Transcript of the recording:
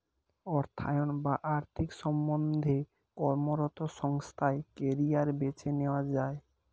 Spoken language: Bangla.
অর্থায়ন বা আর্থিক সম্বন্ধে কর্মরত সংস্থায় কেরিয়ার বেছে নেওয়া যায়